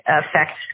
affect